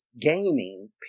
gaming